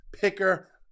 Picker